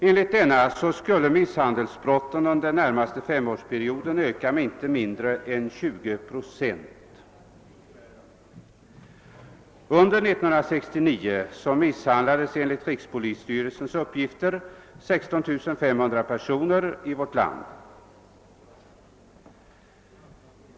Enligt denna skulle misshandelsbrotten under den närmaste femårsperioden öka med inte mindre än 20 procent. Under 1969 misshandlades = enligt rikspolisstyrelsens uppgifter 16 500 personer i vårt land.